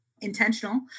intentional